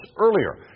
earlier